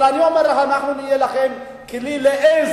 אבל אני אומר לך: אנחנו נהיה לכם כלי לעזר.